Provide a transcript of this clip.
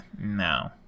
no